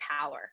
power